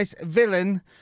Villain